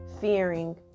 fearing